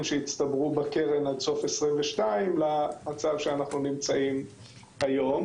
שהצטברו בקרן עד סוף 2022 למצב שאנחנו נמצאים בו היום.